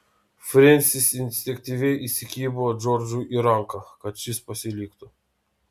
frensis instinktyviai įsikibo džordžui į ranką kad šis pasiliktų